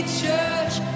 church